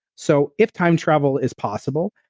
so if time travel is possible,